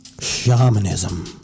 shamanism